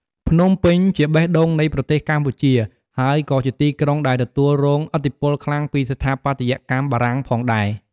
ភ្នំពេញជាបេះដូងនៃប្រទេសកម្ពុជា ហើយក៏ជាទីក្រុងដែលទទួលរងឥទ្ធិពលខ្លាំងពីស្ថាបត្យកម្មបារាំងផងដែរ។